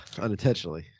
unintentionally